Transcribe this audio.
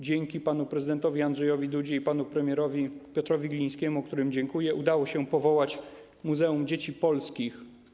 Dzięki panu prezydentowi Andrzejowi Dudzie i panu premierowi Piotrowi Glińskiemu, którym dziękuję, udało się powołać Muzeum Dzieci Polskich.